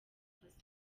faso